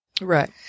Right